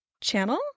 channel